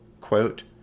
quote